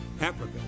Africa